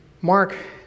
Mark